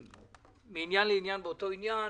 מעניין לעניין באותו עניין,